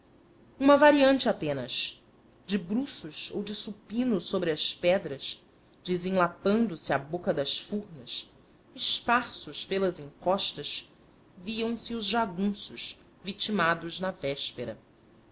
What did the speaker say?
uma variante apenas de bruços ou de supino sobre as pedras desenlapando se à boca das furnas esparsos pelas encostas viam-se os jagunços vitimados na véspera